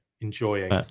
enjoying